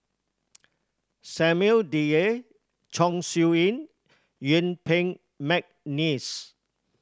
Samuel Dyer Chong Siew Ying Yuen Peng McNeice